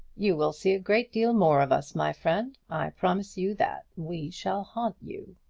you will see a great deal more of us, my friend. i promise you that. we shall haunt you!